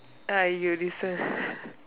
ah you deserve